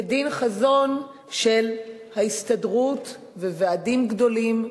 כדין החזון של ההסתדרות וועדים גדולים,